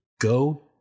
go